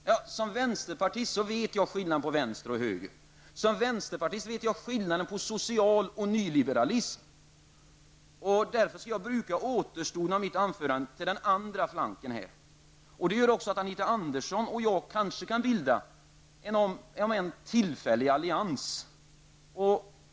Som vänsterpartist vet jag skillnaden på vänster och höger. Som vänsterpartist vet jag skillnaden på social och nyliberalism. Därför skall jag bruka återstoden av mitt anförande till den andra flanken. Det gör också att Anita Johansson och jag kanske kan bilda en, om än tillfällig, allians.